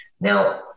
Now